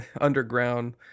underground